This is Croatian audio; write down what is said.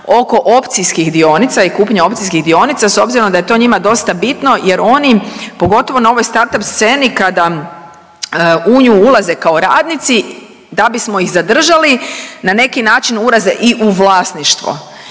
oko opcijskih dionica i kupnje opcijskih dionica s obzirom da je to njima dosta bitno jer oni pogotovo na ovoj startup sceni kada u nju ulaze kao radnici da bismo ih zadržali na neki način ulaze i u vlasništvo